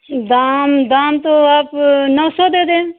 दाम दाम तो आप नौ सौ दे दें